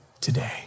today